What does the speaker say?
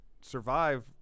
survive